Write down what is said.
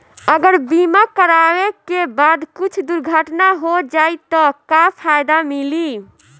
अगर बीमा करावे के बाद कुछ दुर्घटना हो जाई त का फायदा मिली?